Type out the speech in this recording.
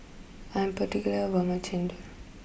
I'm particular about my Chendol